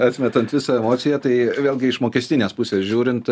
atmetant visą emociją tai vėlgi iš mokestinės pusės žiūrint